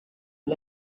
its